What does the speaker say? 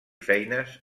feines